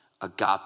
Agape